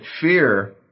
fear